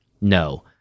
No